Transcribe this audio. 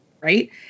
right